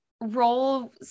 role